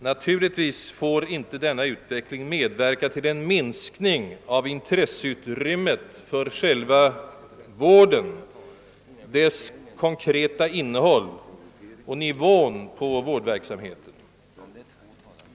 Naturligtvis får inte denna utveckling medverka till en minskning av intresseutrymmet för själva vården, dess konkreta innehåll och angelägenheten att successivt höja nivån på vårdverksamheten.